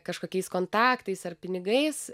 kažkokiais kontaktais ar pinigais